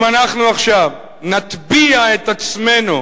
אם אנחנו עכשיו נטביע את עצמנו